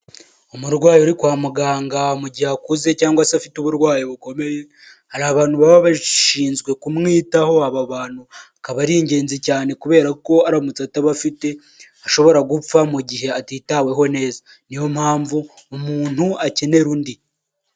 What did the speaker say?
Umurwayi uri kwa muganga mu gihe akuze cyangwa se afite uburwayi bukomeye, hari abantu baba bashinzwe kumwitaho, aba bantu akaba ari ingenzi cyane kubera ko aramutse ataba fite ashobora gupfa mu gihe atitaweho neza niyo mpamvu umuntu akenera undi.